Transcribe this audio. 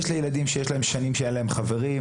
יש ילדים שיש להם שנים שאין להם חברים,